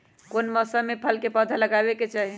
कौन मौसम में फल के पौधा लगाबे के चाहि?